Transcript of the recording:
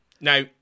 now